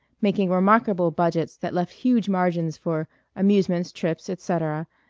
making remarkable budgets that left huge margins for amusements, trips, etc,